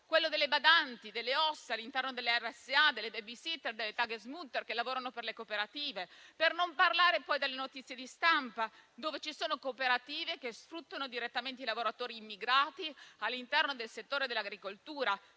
quello delle badanti, degli OSS all'interno delle RSA, delle *baby sitter*, delle *tagesmutter* che lavorano per le cooperative. Per non parlare poi delle notizie di stampa, dove si parla di cooperative che sfruttano i lavoratori immigrati all'interno del settore dell'agricoltura,